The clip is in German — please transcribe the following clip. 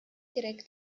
direkt